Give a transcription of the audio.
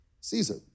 Caesar